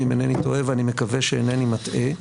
אם אינני טועה ואני מקווה שאינני מטעה,